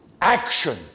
Action